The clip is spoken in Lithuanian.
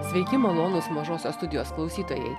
sveiki malonūs mažosios studijos klausytojai